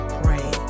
pray